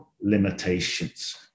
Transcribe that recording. limitations